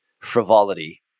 frivolity